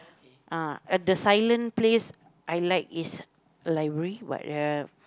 ah uh the silent place I like is library but uh